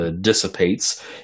dissipates